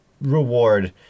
reward